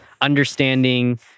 understanding